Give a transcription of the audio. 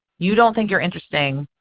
you don't think you are interesting.